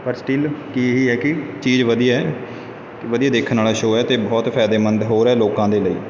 ਪਰ ਸਟਿਲ ਕਿ ਇਹ ਹੀ ਹੈ ਕਿ ਚੀਜ਼ ਵਧੀਆ ਹੈ ਵਧੀਆ ਦੇਖਣ ਵਾਲਾ ਸ਼ੋ ਹੈ ਅਤੇ ਬਹੁਤ ਫ਼ਾਇਦੇਮੰਦ ਹੋ ਰਿਹਾ ਲੋਕਾਂ ਦੇ ਲਈ